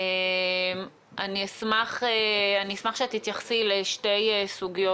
אני אשמח שאת תתייחסי לשתי סוגיות.